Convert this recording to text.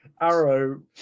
Arrow